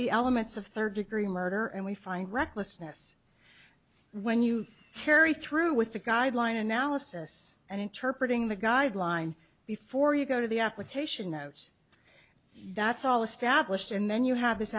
the elements of third degree murder and we find recklessness when you carry through with the guideline analysis and interpret ing the guideline before you go to the application notes that's all established and then you have this